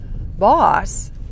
boss